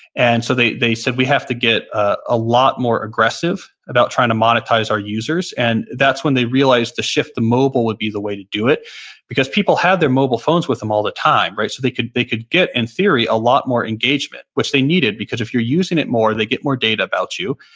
and so they they said, we have to get a lot more aggressive about trying to monetize our users. and that's when they realized the shift to mobile would be the way to do it because people had their mobile phones with them all the time. so they could they could get, in theory, a lot more engagement, which they needed because if you're using it more, they get more data about you.